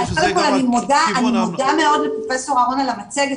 קודם כל אני מודה לפרופ' אהרון על המצגת,